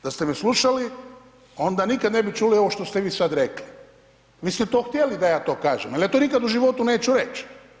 Da ste me slušali onda nikada ne bi čuli ovo što ste vi sad rekli, vi ste to htjeli da ja to kažem, ali to nikad u životu neću reć.